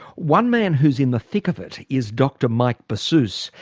one man who's in the thick of it, is dr mike bassous.